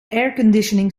airconditioning